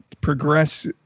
progress